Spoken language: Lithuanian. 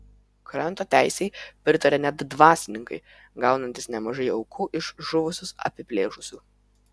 kranto teisei pritarė net dvasininkai gaunantys nemažai aukų iš žuvusius apiplėšusių